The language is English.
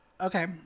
Okay